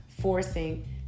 forcing